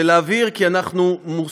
ולהבהיר כי אנחנו,